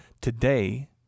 today